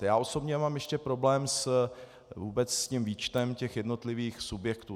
Já osobně mám ještě problém vůbec s výčtem těch jednotlivých subjektů.